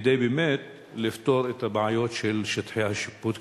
כדי לפתור באמת את הבעיות של שטחי השיפוט,